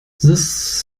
this